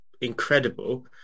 incredible